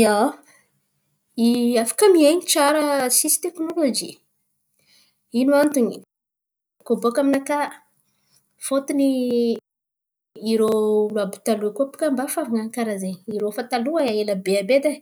Ia, i i afaka mien̈y tsara, tsisy tekinôlôjy. Ino antony? Koa baka aminakà, fôtiny i i, irô olo àby taloha koa baka mba fa navy karà izeny, irô fa taloha ela be àby ey e,